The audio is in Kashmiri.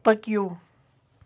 پٔکِو